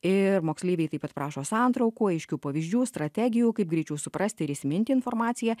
ir moksleiviai taip pat prašo santraukų aiškių pavyzdžių strategijų kaip greičiau suprasti ir įsiminti informaciją